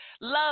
Love